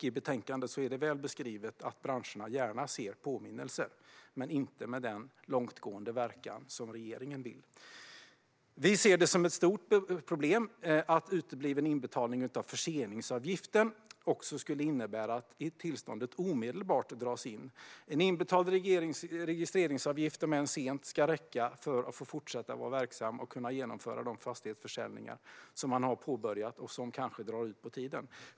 I betänkandet är det väl beskrivet att branschen gärna ser påminnelser, men inte med en så långtgående verkan som regeringen vill. Vi ser det som ett stort problem att utebliven inbetalning av förseningsavgiften även skulle innebära att tillståndet omedelbart dras in. En inbetald registreringsavgift - om än sent - ska räcka för att få fortsätta vara verksam och kunna genomföra de fastighetsförsäljningar som påbörjats och som kanske drar ut på tiden.